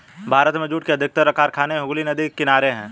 भारत में जूट के अधिकतर कारखाने हुगली नदी के किनारे हैं